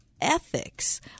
ethics